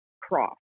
cross